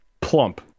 Plump